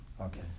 Okay